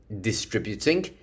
distributing